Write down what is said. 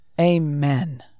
Amen